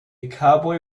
cowboy